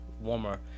warmer